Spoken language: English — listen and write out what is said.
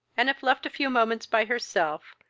and, if left a few moments by herself,